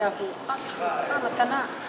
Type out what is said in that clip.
זה עבורך, בשבילך, מתנה.